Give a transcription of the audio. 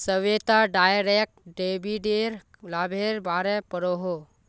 Shweta direct डेबिटेर लाभेर बारे पढ़ोहो